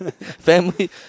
Family